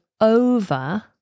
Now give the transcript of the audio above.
over